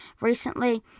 recently